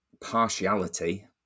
partiality